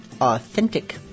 Authentic